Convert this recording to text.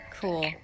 Cool